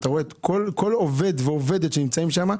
אתה רואה שכל עובד ועובדת שנמצאים שם,